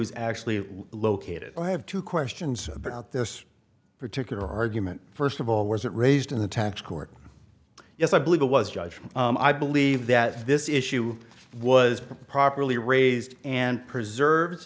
was actually located i have two questions about this particular argument first of all was it raised in the tax court yes i believe it was judge i believe that this issue was properly raised and